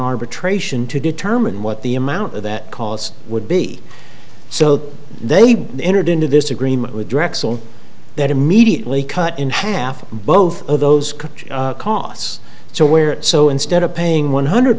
arbitration to determine what the amount of that cost would be so they entered into this agreement with drexel that immediately cut in half both of those costs so where so instead of paying one hundred